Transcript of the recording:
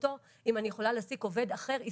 אותו אם אני יכולה להעסיק עובד אחר,